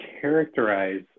characterize